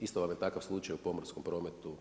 Isto vam je takav slučaju u pomorskom prometu.